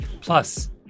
Plus